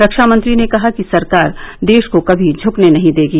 रक्षामंत्री ने कहा कि सरकार देश को कभी झकने नहीं देगी